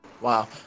wow